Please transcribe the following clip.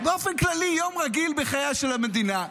באופן כללי יום רגיל בחייה של המדינה.